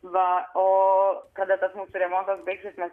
va o kada tas remontas baigsis mes